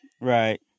Right